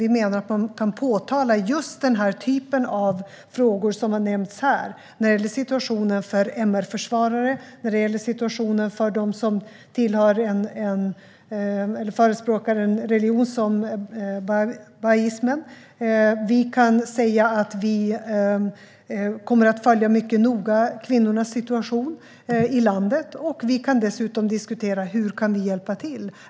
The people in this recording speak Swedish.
Vi menar att man kan påtala just den typen av frågor som har nämnts här, det vill säga situationen för MR-försvarare och för dem som förespråkar en religion som bahai. Vi kommer att noga följa kvinnornas situation i landet, och vi kan dessutom diskutera hur vi kan hjälpa till.